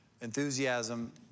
enthusiasm